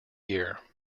year